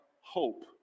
hope